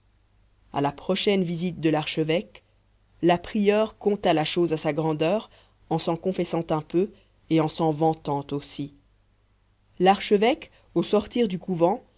à la plus prochaine visite de l'archevêque la prieure conta la chose à sa grandeur en s'en confessant un peu et en s'en vantant aussi l'archevêque au sortir du couvent